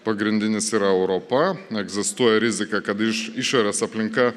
pagrindinis yra europa egzistuoja rizika kad iš išorės aplinka